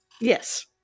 Yes